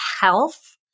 health